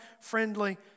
friendly